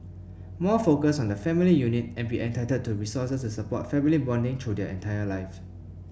more focus on the family unit and be entitled to resources to support family bonding throughout their entire life